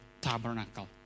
tabernacle